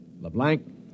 LeBlanc